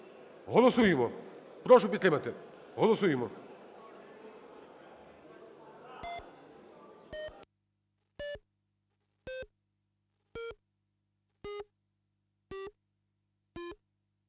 Голосуємо. Прошу підтримати. Голосуємо,